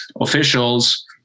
officials